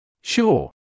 Sure